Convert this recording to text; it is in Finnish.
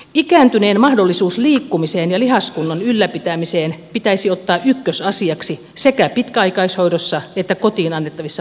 ikääntyneen mahdollisuus liikkumiseen ja lihaskunnon ylläpitämiseen pitäisi ottaa ykkösasiaksi sekä pitkäaikaishoidossa että kotiin annettavissa palveluissa